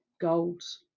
goals